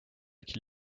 qu’il